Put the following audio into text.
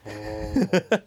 orh